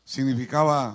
Significaba